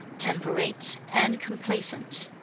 temperate, and complaisant,